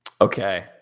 Okay